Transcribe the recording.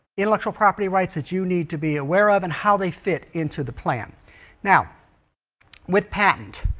intellectual property rights that you need to be aware of and how they fit into the plan now with patent